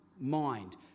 mind